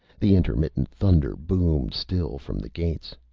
the intermittent thunder boomed still from the gates,